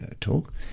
talk